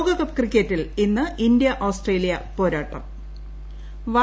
ലോകകപ്പ് ക്രിക്കറ്റിൽ ഇന്ന് ഇന്ത്യ ആസ്ട്രേലിയ പോരാട്ടം ്